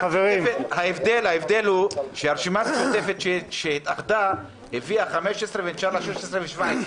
ההבדל הוא שהרשימה המשותפת שהתאחדה הביאה 15 מנדטים ונשאר לה 16 ו-17.